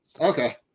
Okay